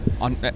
on